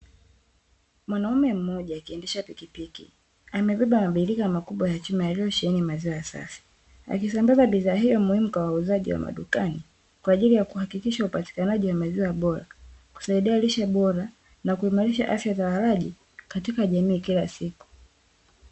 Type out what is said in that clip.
Mwanaume mmoja akiendesha pikipiki, amebeba mabirika makubwa ya chuma yaliyosheheni maziwa safi, akisambaza bidhaa hiyo muhimu kwa wauzaji wa madukani, kwaajili ya kuhakikisha upatikanaji wa maziwa bora, kusaidia lishe bora na kuimarisha afya za walaji katika jamii kila siku.